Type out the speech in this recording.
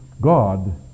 God